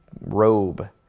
robe